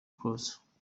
close